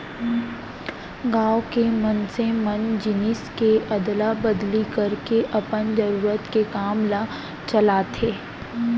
गाँव के मनसे मन जिनिस के अदला बदली करके अपन जरुरत के काम ल चलाथे